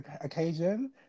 occasion